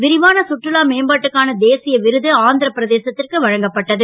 விரிவான சுற்றுலா மேம்பாட்டுக்கான தேசிய விருது ஆந் ர பிரதேசத் ற்கு வழங்கப்பட்டது